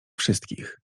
wszystkich